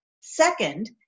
second